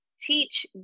teach